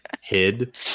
hid